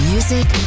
Music